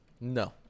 No